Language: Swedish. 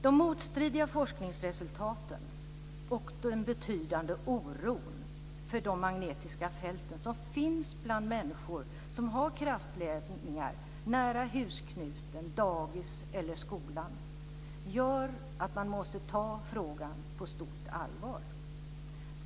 De motstridiga forskningsresultaten och den betydande oron för de magnetiska fälten som finns bland människor som har kraftledningar nära husknuten, dagis eller skolan gör att man måste ta frågan på stort allvar.